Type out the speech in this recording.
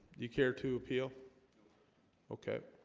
you care to appeal okay,